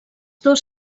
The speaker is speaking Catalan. dos